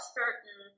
certain